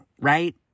right